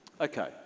Okay